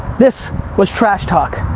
this was trash talk,